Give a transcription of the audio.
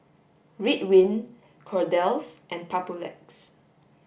Ridwind Kordel's and Papulex